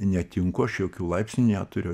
netinku aš jokių laipsnių neturiu